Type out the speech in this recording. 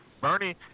Bernie